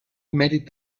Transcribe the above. mèrit